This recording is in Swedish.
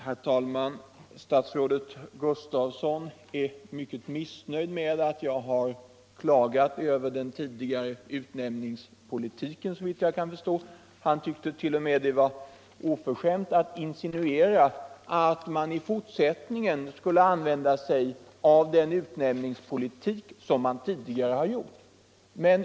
Herr talman! Statsrådet Gustafsson var missnöjd med att jag klagade på den tidigare utnämningspolitiken, och han tyckte t.o.m. att det var oförskämt att insinuera att man i fortsättningen skulle använda sig av samma metoder.